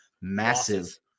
massive